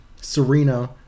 Serena